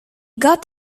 got